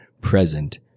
present